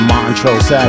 Montrose